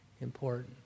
important